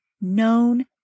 known